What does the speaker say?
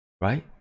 right